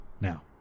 now